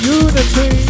unity